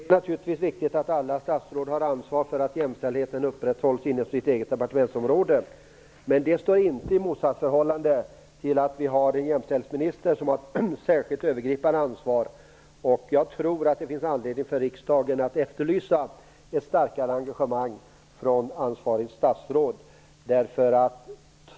Fru talman! Det är naturligtvis viktigt att alla statsråd har ansvar för att jämställdheten upprätthålls inom sitt eget departementsområde. Men det står inte i motsatsförhållande till att vi har en jämställdhetsminister med ett särskilt, övergripande ansvar. Jag tror att det finns anledning för riksdagen att efterlysa ett starkare engagemang från ansvarigt statsråd.